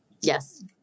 Yes